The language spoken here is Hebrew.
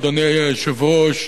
אדוני היושב-ראש,